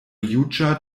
juĝa